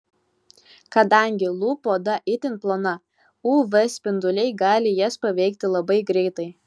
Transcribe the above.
kadangi lūpų oda itin plona uv spinduliai gali jas paveikti labai greitai